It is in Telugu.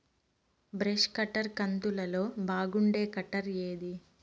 బ్రష్ కట్టర్ కంతులలో బాగుండేది కట్టర్ ఏది?